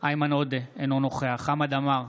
איימן עודה, אינו נוכח חמד עמאר,